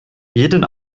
jeden